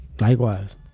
likewise